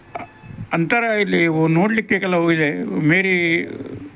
ಅಂತರ ಇಲ್ಲಿ ನೋಡಲಿಕ್ಕೆ ಕೆಲವು ಇದೆ ಮೇರಿ